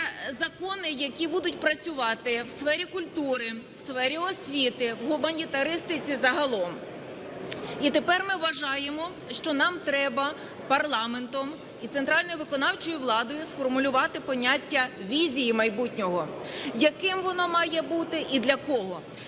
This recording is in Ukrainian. закони, які будуть працювати в сфері культури, в сфері освіти, в гуманітаристиці загалом. І тепер ми вважаємо, що нам треба парламентом і центральною виконавчою владою сформулювати поняття візії майбутнього: яким воно має бути і для кого.